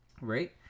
right